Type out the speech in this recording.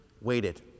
waited